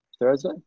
Thursday